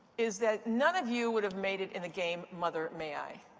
is that none of you would have made it in the game mother may i.